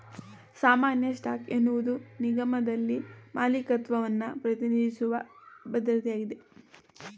ಸಾಮಾನ್ಯ ಸ್ಟಾಕ್ ಎನ್ನುವುದು ನಿಗಮದಲ್ಲಿ ಮಾಲೀಕತ್ವವನ್ನ ಪ್ರತಿನಿಧಿಸುವ ಭದ್ರತೆಯಾಗಿದೆ